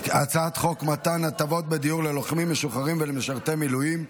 שהצעת חוק מתן הטבות בדיור ללוחמים משוחררים ולמשרתי מילואים,